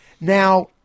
Now